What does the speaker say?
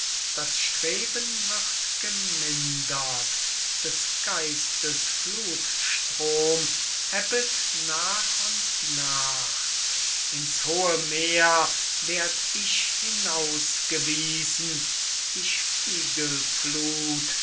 das streben wird gemindert des geistes fluthstrom ebbet nach und nach ins hohe meer werd ich hinausgewiesen die